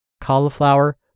cauliflower